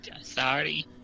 Sorry